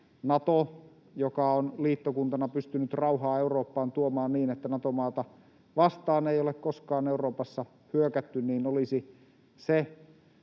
Nato, joka on liittokuntana pystynyt rauhaa Eurooppaan tuomaan niin, että Nato-maata vastaan ei ole koskaan Euroopassa hyökätty, olisi se